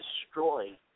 destroy